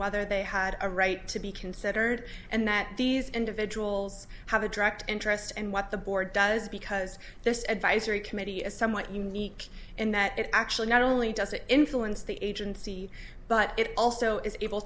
whether they had a right to be considered and that these individuals have a direct interest and what the board does because this advisory committee is somewhat unique in that it actually not only does it influence the agency but it also is able